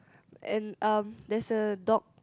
and um there's a dog